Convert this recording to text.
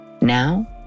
Now